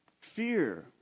Fear